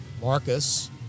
Marcus